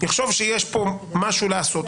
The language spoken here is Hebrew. יחשוב שיש פה משהו לעשות,